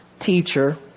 teacher